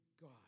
God